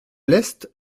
l’est